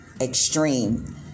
extreme